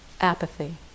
apathy